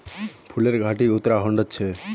फूलेर घाटी उत्तराखंडत छे